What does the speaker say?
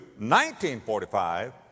1945